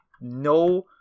no